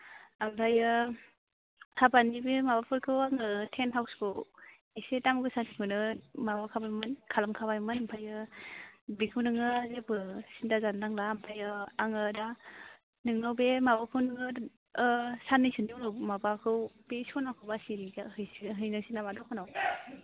ओमफ्राय हाबानि बे माबाफोरखौ आङो टेन्ट हाउसखौ एसे दाम गोसानिखौनो माबा खाबायमोन खालाम खाबायमोन ओमफ्राय बेखौ नोङो जेबो सिन्था जानो नांला ओमफ्राय आङो दा नोंनाव बे माबाखौ नोङो साननैसोनि उनाव माबाखौ बे सनाखौ बासि हैजा हैनोसै नामा द'खानाव